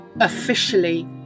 officially